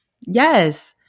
yes